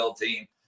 team